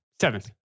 Seventh